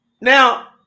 Now